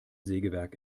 sägewerk